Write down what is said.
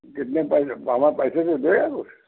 कितने पैसे माँ बाप पैसे देते हैं कुछ